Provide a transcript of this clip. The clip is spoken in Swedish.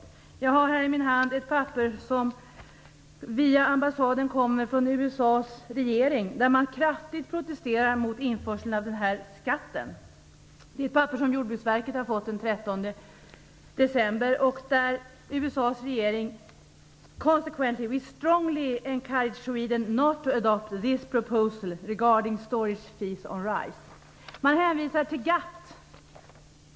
I min hand har jag ett papper som via ambassaden kommer från USA:s regering, där man kraftigt protesterar mot införsel av den här skatten. Det är ett papper som Jordbruksverket fick den 13 december. USA:s regering säger: "Consequently we strongly encourage Sweden not to adopt this proposal regarding storage fees on rice", dvs. följaktligen uppmanar vi Sverige starkt att inte anta detta förslag avseende lageravgifter på ris.